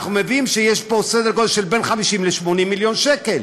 אנחנו מבינים שיש פה סדר גודל של בין 50 ל-80 מיליון שקל.